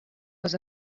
was